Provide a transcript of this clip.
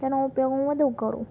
તેનો ઉપયોગ હું વધું કરું